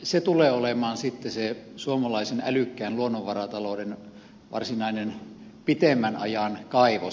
se tulee olemaan sitten se suomalaisen älykkään luonnonvaratalouden varsinainen pitemmän ajan kaivos